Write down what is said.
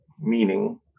meaning